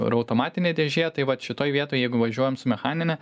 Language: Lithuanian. ar automatinė dėžė tai vat šitoj vietoj jeigu važiuojam su mechanine